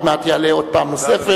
ועוד מעט יעלה פעם נוספת.